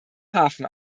hafen